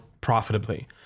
profitably